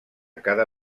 cada